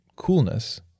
Coolness